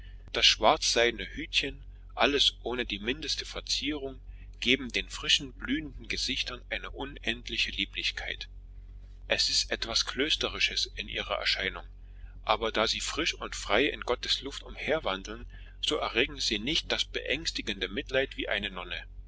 das schwarzseidene hütchen alles ohne die mindeste verzierung geben den frischen blühenden gesichtern eine unendliche lieblichkeit es ist etwas klösterliches in ihrer erscheinung aber da sie frisch und frei in gottes luft umherwandeln so erregen sie nicht das beängstigende mitleid wie die nonne